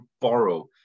borrow